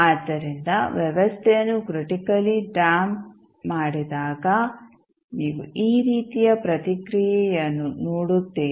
ಆದ್ದರಿಂದ ವ್ಯವಸ್ಥೆಯನ್ನು critically damp ಮಾಡಿದಾಗ ನೀವು ಈ ರೀತಿಯ ಪ್ರತಿಕ್ರಿಯೆಯನ್ನು ನೋಡುತ್ತೀರಿ